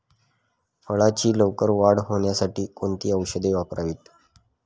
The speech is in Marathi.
फळाची लवकर वाढ होण्यासाठी कोणती औषधे वापरावीत?